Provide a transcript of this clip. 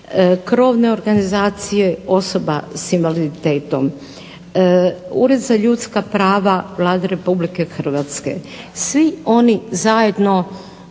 krovne organizacije osoba s invaliditetom, Ured za ljudska prava Vlade Republike Hrvatske, svi oni zajedno